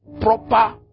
proper